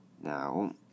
Now